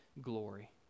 glory